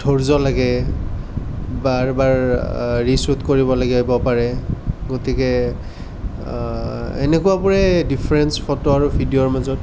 ধৈৰ্য লাগে বাৰ বাৰ ৰীশ্বুট কৰিব লাগিব পাৰে গতিকে এনেকুৱাবোৰেই ডিফাৰেঞ্চ ফটো আৰু ভিডিঅ'ৰ মাজত